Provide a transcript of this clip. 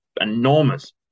enormous